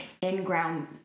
in-ground